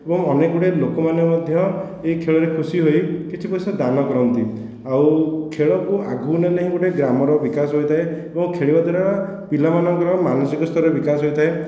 ଏବଂ ଅନେକ ଗୁଡ଼ିଏ ଲୋକମାନେ ମଧ୍ୟ ଏହି ଖେଳରେ ଖୁସି ହୋଇ କିଛି ପଇସା ଦାନ କରନ୍ତି ଆଉ ଖେଳକୁ ଆଗକୁ ନେଲେ ହିଁ ଗୋଟିଏ ଗ୍ରାମର ବିକାଶ ହୋଇଥାଏ ଏବଂ ଖେଳିବା ଦ୍ୱାରା ପିଲାମାନଙ୍କର ମାନସିକ ସ୍ତରର ବିକାଶ ହୋଇଥାଏ